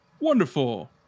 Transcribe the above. Wonderful